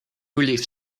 relief